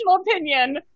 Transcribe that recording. opinion